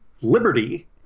Liberty